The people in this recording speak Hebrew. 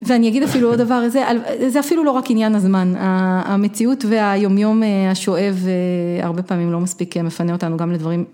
ואני אגיד אפילו עוד דבר על זה, זה אפילו לא רק עניין הזמן, המציאות והיומיום השואב הרבה פעמים לא מספיק מפנה אותנו גם לדברים.